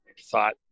thought